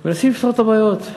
ומנסים לפתור את הבעיות.